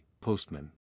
Postman